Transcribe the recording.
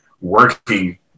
working